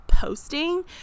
posting